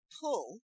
pull